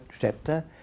chapter